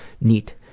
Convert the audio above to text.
neat